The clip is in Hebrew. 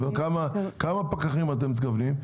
כמה פקחים אתם מתכוונים?